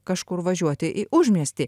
kažkur važiuoti į užmiestį